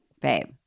babe